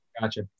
Gotcha